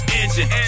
engine